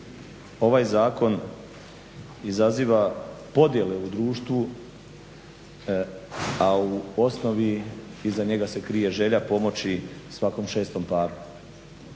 ovaj zakon izaziva podjele u društvu, a u osnovi iza njega se krije želja pomoći svakom 6 paru.